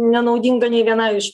nenaudinga nei vienai iš